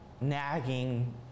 nagging